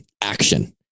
action